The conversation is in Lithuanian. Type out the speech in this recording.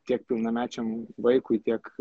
tiek pilnamečiam vaikui tiek